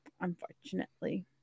unfortunately